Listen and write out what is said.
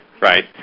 right